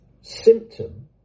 symptom